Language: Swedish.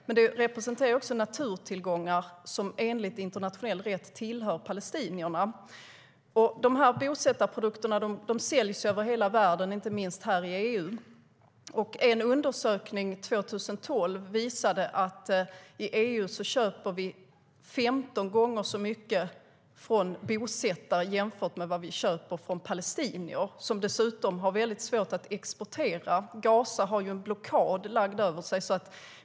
Den representerar dock även naturtillgångar som enligt internationell rätt tillhör palestinierna. Dessa bosättarprodukter säljs över hela världen, inte minst här i EU. En undersökning 2012 visade att vi i EU köper 15 gånger så mycket från bosättare jämfört med vad vi köper från palestinier, som dessutom har svårt att exportera eftersom Gaza har en blockad lagd över sig.